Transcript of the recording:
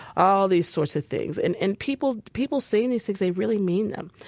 all these sorts of things. and and people people saying these things, they really mean them.